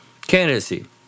candidacy